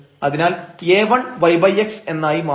അതിനാൽ a1 yx എന്നായി മാറും